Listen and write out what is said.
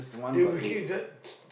they will keep that